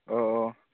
औ औ